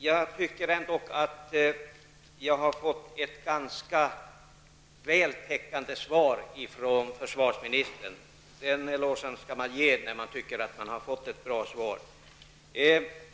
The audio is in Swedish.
Jag tycker ändock att jag har fått ett ganska vältäckande svar av försvarsministern. Den elogen skall man ge när man tycker att man har fått ett bra svar.